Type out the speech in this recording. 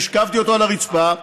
השכבתי אותו על הרצפה,